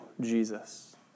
Jesus